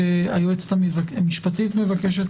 היועצת המשפטית מבקשת